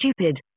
stupid